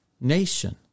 nation